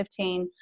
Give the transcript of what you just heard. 2015